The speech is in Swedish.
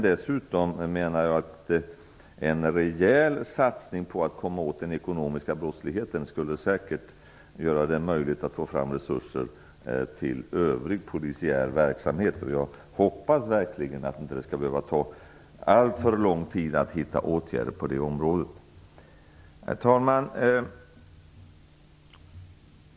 Dessutom menar jag att en rejäl satsning på att komma åt den ekonomiska brottsligheten säkert skulle göra det möjligt att få fram resurser till övrig polisiär verksamhet. Jag hoppas verkligen att det inte skall behöva ta alltför lång tid att hitta åtgärder på det området. Herr talman!